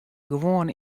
gewoan